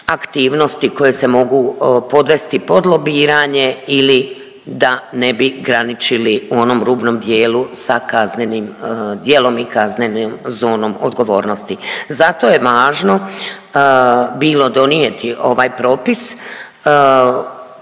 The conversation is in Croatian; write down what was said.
aktivnosti koje se mogu podvesti pod lobiranje ili da ne bi graničili u onom rubnom dijelu sa kaznenim djelom i kaznenom zonom odgovornosti. Zato je važno bilo donijeti ovaj propis.